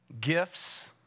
Gifts